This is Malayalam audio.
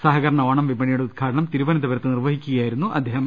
സഹകരണ ഓണം വിപണിയുടെ ഉദ്ഘാടനം തിരു വനന്തപുരത്ത് നിർവഹിക്കുകയായിരുന്നു അദ്ദേഹം